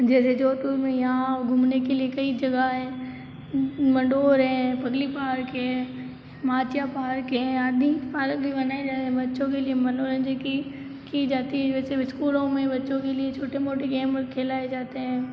जैसे जोधपुर में यहाँ वो घूमने के लिए कई जगह हैं मंडोर हैं पगली पार्क है माचिया पार्क है आदि पारक भी बनाए जा रहें बच्चों के लिए मनोरंजन की की जाती है वैसे स्कूलों में बच्चों के लिए छोटे मोटे गेम और खेलाए जाते हैं